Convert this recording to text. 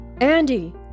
Andy